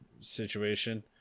situation